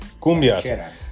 cumbias